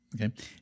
okay